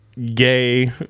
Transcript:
Gay